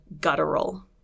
guttural